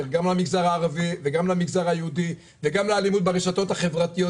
גם למגזר הערבי וגם למגזר היהודי וגם לאלימות ברשתות החברתיות.